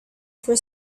for